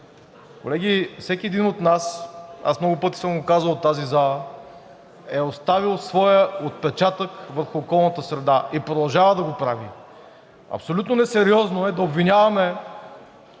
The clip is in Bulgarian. Колеги, всеки един от нас, аз много пъти съм го казвал в тази зала, е оставил своя отпечатък върху околната среда и продължава да го прави. Абсолютно несериозно е да обвиняваме